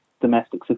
domestic